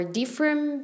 different